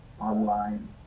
online